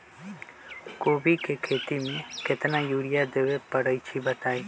कोबी के खेती मे केतना यूरिया देबे परईछी बताई?